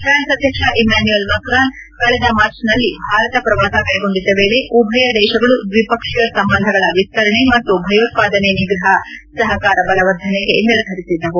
France ಅಧ್ಯಕ್ಷ Emmanuel Macron ಕಳೆದ ಮಾರ್ಚ್ನಲ್ಲಿ ಭಾರತ ಪ್ರವಾಸ ಕೈಗೊಂಡಿದ್ದ ವೇಳೆ ಉಭಯ ದೇಶಗಳು ದ್ವಿಪಕ್ಷೀಯ ಸಂಬಂಧಗಳ ವಿಸ್ತರಣೆ ಮತ್ತು ಭಯೋತ್ವಾದನೆ ನಿಗ್ರಹ ಸಹಕಾರ ಬಲವರ್ಧನೆಗೆ ನಿರ್ಧರಿಸಿದ್ದವು